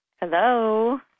Hello